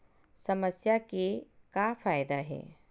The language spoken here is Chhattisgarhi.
समस्या के का फ़ायदा हे?